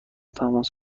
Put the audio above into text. تماس